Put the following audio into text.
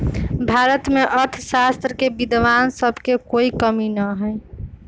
भारत में अर्थशास्त्र के विद्वान सब के कोई कमी न हई